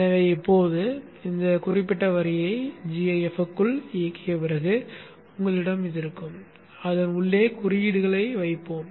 எனவே இப்போது இந்த குறிப்பிட்ட வரியை gaf க்குள் இயக்கிய பிறகு உங்களிடம் இது இருக்கும் அதன் உள்ளே குறியீடுகளை வைப்போம்